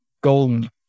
golden